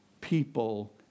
people